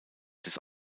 des